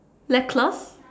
necklace